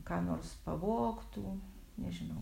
ką nors pavogtų nežinau